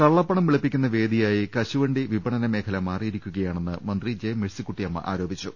കള്ളപ്പണം വെളുപ്പിക്കുന്ന വേദിയായി കശുവണ്ടി വിപണന മേഖല മാറിയിരിക്കുകയാണെന്ന് മന്ത്രി ജെ മേഴ്സിക്കുട്ടിയമ്മ ആരോപിച്ചു